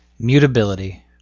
Mutability